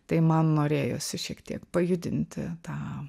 tai man norėjosi šiek tiek pajudinti tą